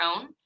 own